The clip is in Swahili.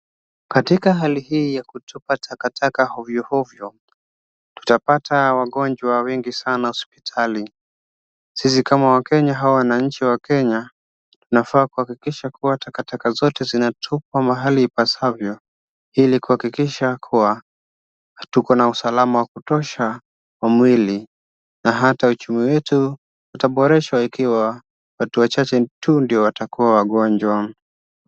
Katika hali hii ya kutupa takataka ovyoovyo, tutapata wagonjwa wengi sana hospitali. Sisi kama wakenya au wananchi wakenya, tunafaa kuhakikisha kuwa takataka zote zinatupwa mahali ipasavyo ili kuhakikisha kuwa tuko na usalama wa kutosha wa mwili na hata uchumi wetu utaboreshwa ikiwa watu wachache tu ndio watakuwa wagonjwa.